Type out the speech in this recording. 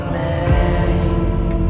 make